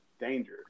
danger